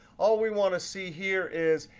all we want to see here is,